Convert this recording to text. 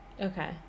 Okay